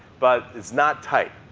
but it's not tight.